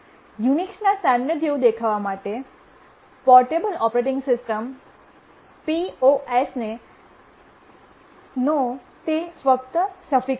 યુનિક્સના standard જેવું દેખાવા માટે પોર્ટેબલ ઓપરેટિંગ સિસ્ટમ પીઓએસનો તે ફક્ત સફિક્સ હતો